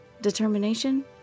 Determination